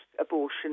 abortion